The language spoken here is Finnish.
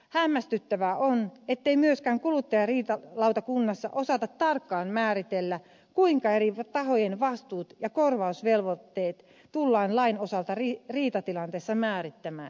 hämmästyttävää on ettei myöskään kuluttajariitalautakunnassa osata tarkkaan määritellä kuinka eri tahojen vastuut ja korvausvelvoitteet tullaan lain osalta riitatilanteessa määrittämään